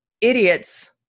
idiots